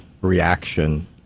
reaction